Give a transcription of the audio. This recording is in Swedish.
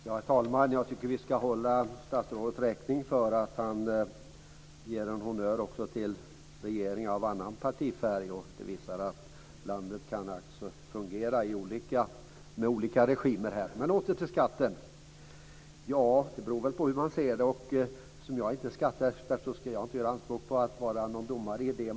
Herr talman! Jag tycker att vi ska hålla statsrådet räkning för att han ger en honnör också till en regering av annan partifärg. Det visar att landet kan fungera med olika regimer. Men låt oss återgå till skatten. Detta beror väl på hur man ser det. Eftersom jag inte är någon skatteexpert ska jag inte göra anspråk på att vara någon domare i detta.